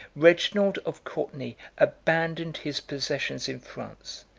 reginald of courtenay abandoned his possessions in france,